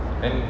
then